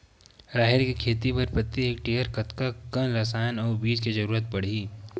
राहेर के खेती बर प्रति हेक्टेयर कतका कन रसायन अउ बीज के जरूरत पड़ही?